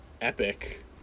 epic